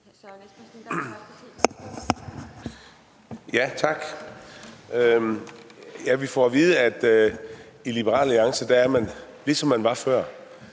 Tak. Vi får at vide, at i Liberal Alliance er man, ligesom man var før.